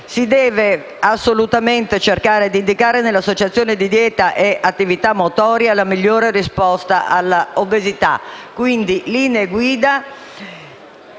Si deve cercare di indicare nell'associazione di dieta e attività motoria la migliore risposta all'obesità. Quindi, devono